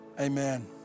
Amen